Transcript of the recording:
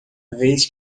vez